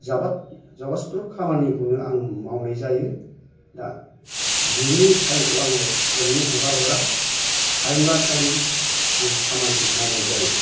जाबाद जब'स्थ्र' खामानिखौनो आं मावनाय जायो दा बिनि टाइमखौ आङो ओरैनो हगारहरा टाइम बा टाइम आं खामानिखौ मावनाय जायो